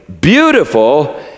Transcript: beautiful